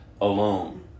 alone